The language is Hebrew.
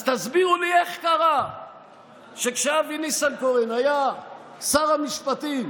אז תסבירו לי איך קרה שכשאבי ניסנקורן היה שר המשפטים